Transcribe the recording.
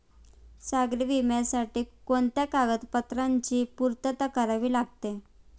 सागरी विम्यासाठी कोणत्या कागदपत्रांची पूर्तता करावी लागते?